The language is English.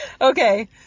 Okay